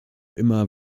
immer